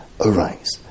arise